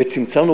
וצמצמנו,